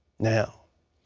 now,